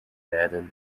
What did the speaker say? beide